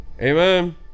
Amen